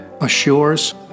assures